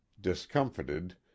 discomfited